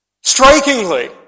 strikingly